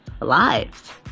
lives